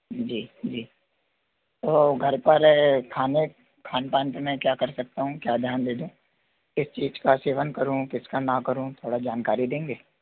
जी जी और घर पर खाने खान पान पर मैं क्या कर सकता हूँ क्या ध्यान दे दूँ किस चीज़ का सेवन करूँ किसका ना करूँ थोड़ा जानकरी देंगे